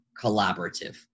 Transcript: collaborative